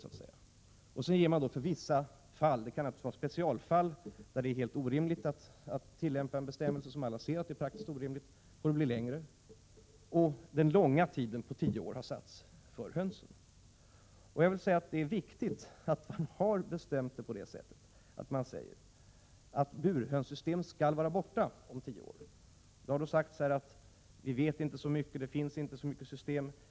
Sedan medger man då för vissa fall — det kan naturligtvis finnas specialfall där alla ser att det är praktiskt orimligt att tillämpa bestämmelserna — en längre övergångstid. Den långa avvecklingstiden på tio år har satts för burhönssystemet. Det är viktigt att man bestämmer att burhönssystemet skall vara borta om tio år. Det har sagts här att vi inte vet så mycket, att det inte finns så många system.